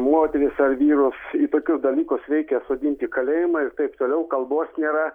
moteris ar vyrus ypač dalykus reikia sodinti į kalėjimą ir taip toliau kalbos nėra